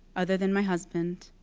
other than my husband,